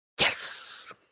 Yes